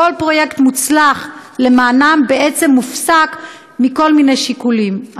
כל פרויקט מוצלח למענם בעצם מופסק מכל מיני שיקולים.